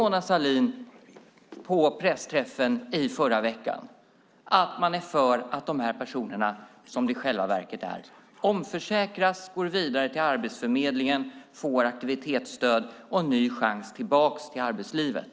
Mona Sahlin erkände på pressträffen i förra veckan att Socialdemokraterna är för att dessa personer som det i själva verket handlar om omförsäkras, går vidare till Arbetsförmedlingen och får aktivitetsstöd och en ny chans tillbaka till arbetslivet.